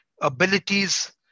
abilities